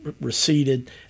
receded